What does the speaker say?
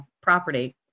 property